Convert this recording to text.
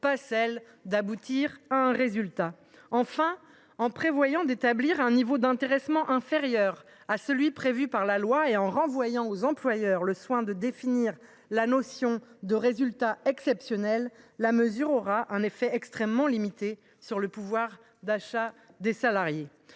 table, non d’aboutir à un résultat. Enfin, en prévoyant d’établir un niveau d’intéressement inférieur au seuil prévu par la loi et en renvoyant aux employeurs le soin de définir la notion de résultats exceptionnels, une telle mesure aura un effet extrêmement limité sur le pouvoir d’achat des salariés.